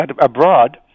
Abroad